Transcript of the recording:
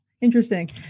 Interesting